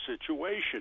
situation